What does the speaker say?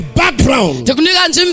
background